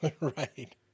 Right